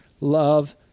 love